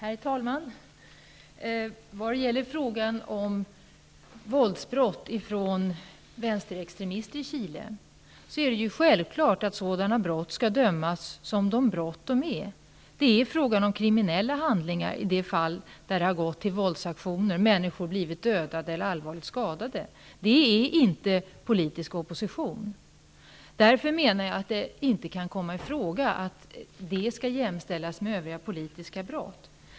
Herr talman! Vad gäller frågan om våldsbrott begångna av vänsterextremister i Chile, är det självklart att sådana brott skall bedömas som de brott de är. Det är fråga om kriminella handlingar i de fall där det har skett våldsaktioner och människor blivit dödade eller allvarligt skadade. Det är inte politisk opposition. Jag menar därför att det inte kan komma i fråga att detta skall jämställas med övriga politiska brott.